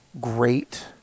Great